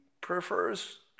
prefers